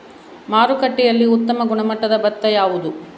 ಮಾರುಕಟ್ಟೆಯಲ್ಲಿ ಉತ್ತಮ ಗುಣಮಟ್ಟದ ಭತ್ತ ಯಾವುದು?